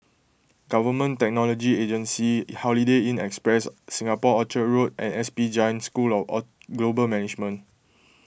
Government Technology Agency Holiday Inn Express Singapore Orchard Road and S P Jain School of or Global Management